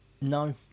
No